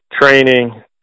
training